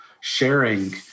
sharing